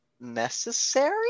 necessary